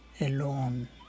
alone